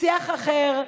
שיח אחר.